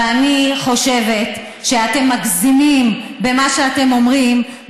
ואני חושבת שאתם מגזימים במה שאתם אומרים,